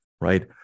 right